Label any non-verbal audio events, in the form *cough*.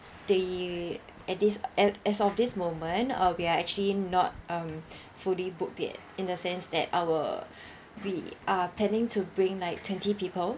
they at this a~ as of this moment uh we are actually not um *breath* fully booked yet in the sense that our we are planning to bring like twenty people